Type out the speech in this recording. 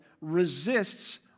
resists